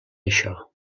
això